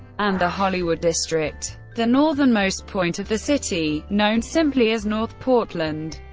and the hollywood district. the northernmost point of the city, known simply as north portland,